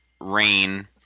Rain